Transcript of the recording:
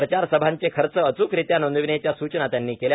प्रचार सभांचे खर्च अचूकरित्या नोंदविण्याच्या सूचना त्यांनी केल्या